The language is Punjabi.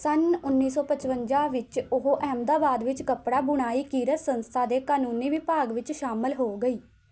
ਸੰਨ ਉੱਨੀ ਸੌ ਪਚਵੰਜਾ ਵਿੱਚ ਉਹ ਅਹਿਮਦਾਬਾਦ ਵਿੱਚ ਕੱਪੜਾ ਬੁਣਾਈ ਕਿਰਤ ਸੰਸਥਾ ਦੇ ਕਾਨੂੰਨੀ ਵਿਭਾਗ ਵਿੱਚ ਸ਼ਾਮਲ ਹੋ ਗਈ